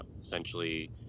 essentially